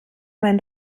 mein